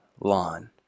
lawn